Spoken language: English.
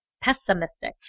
pessimistic